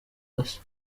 hasi